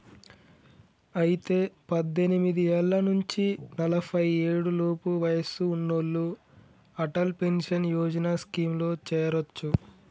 అయితే పద్దెనిమిది ఏళ్ల నుంచి నలఫై ఏడు లోపు వయసు ఉన్నోళ్లు అటల్ పెన్షన్ యోజన స్కీమ్ లో చేరొచ్చు